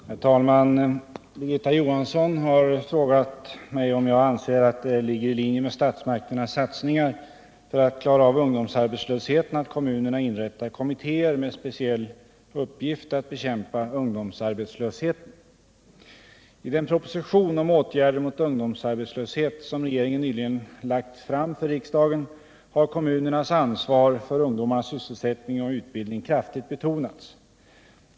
410, och anförde: Herr talman! Birgitta Johansson har frågat mig om jag anser att det ligger i linje med statsmakternas satsningar för att klara av ungdomsarbetslösheten alt kommunerna inrättar kommittéer med speciell uppgift att bekämpa ungdomsarbetslösheten. I den proposition om åtgärder mot ungdomsarbetslöshet som regeringen nyligen lagt fram för riksdagen har kommunernas ansvar för ungdomarnas sysselsättning och utbildning kraftigt betonats.